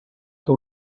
que